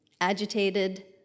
agitated